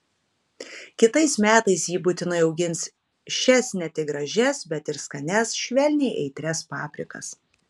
kitais metais ji būtinai augins šias ne tik gražias bet ir skanias švelniai aitrias paprikas